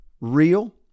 real